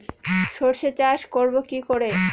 সর্ষে চাষ করব কি করে?